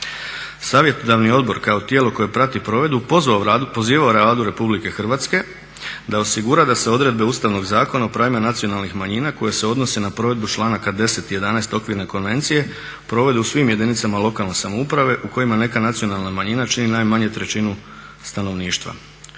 Savjetodavni odbor kao tijelo koje prati provedbu pozivao Vladu Republike Hrvatske da osigura da se odredbe Ustavnog zakona o pravima nacionalnih manjina koje se odnose na provedbu članaka 10. i 11. Okvirne konvencije provode u svim jedinicama lokalne samouprave u kojima neka nacionalna manjina čini najmanje trećinu stanovništva.